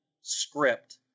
script